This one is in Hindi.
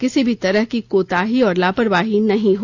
किसी भी तरह की कोताही और लापरवाही नहीं हो